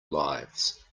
lives